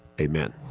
Amen